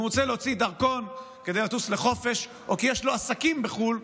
אם הוא רוצה להוציא דרכון כדי לטוס לחופש או כי יש לו עסקים בחו"ל,